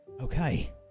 Okay